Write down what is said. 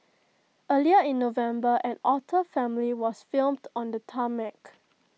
earlier in November an otter family was filmed on the tarmac